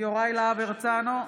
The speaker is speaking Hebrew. אינו נוכח יוראי להב הרצנו,